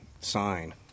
sign